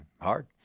Hard